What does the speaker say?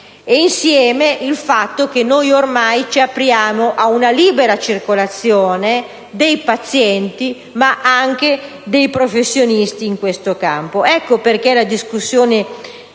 insieme c'è il fatto che noi ormai ci apriamo a una libera circolazione dei pazienti, ma anche dei professionisti in questo campo. Ecco perché la discussione